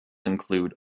include